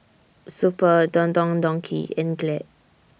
Super Don Don Donki and Glad